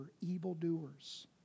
evildoers